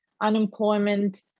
unemployment